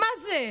מה זה?